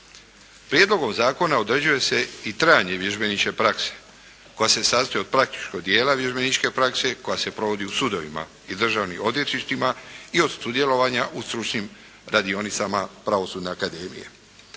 Prijedlogom zakona određuje se i trajanje vježbeničke prakse koja se sastoji od praktičkog dijela vježbeničke prakse koja se provodi u sudovima i državnim odvjetništvima i od sudjelovanja u stručnim radionicama Pravosudne akademije.